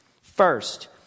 First